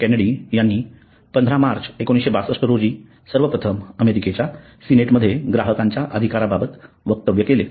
Kennedy यांनी १५ March १९६२ रोजी सर्वप्रथम अमेरिकेच्या सिनेट मध्ये ग्राहकांच्या अधिकाराबाबत वक्तव्य केले